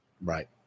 Right